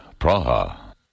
Praha